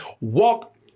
walk